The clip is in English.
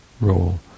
role